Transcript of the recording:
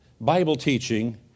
Bible-teaching